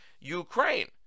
Ukraine